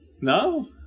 No